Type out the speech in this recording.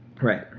Right